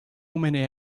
many